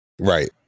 Right